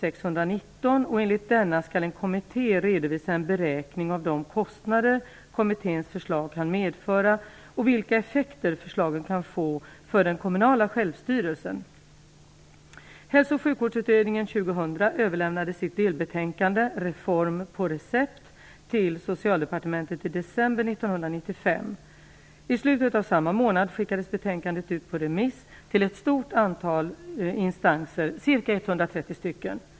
Enligt denna skall en kommitté redovisa en beräkning av de kostnader kommitténs förslag kan medföra och vilka effekter förslagen kan få för den kommunala självstyrelsen. slutet av samma månad skickades betänkandet ut på remiss till ett stort antal instanser, ca 130 stycken.